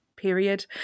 Period